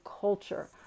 culture